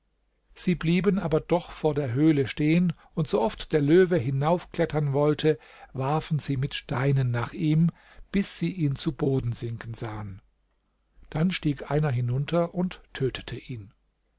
sie blieben aber doch vor der höhle stehen und sooft der löwe hinaufklettern wollte warfen sie mit steinen nach ihm bis sie ihn zu boden sinken sahen dann stieg einer hinunter und tötete ihn